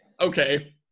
okay